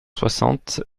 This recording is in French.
soixante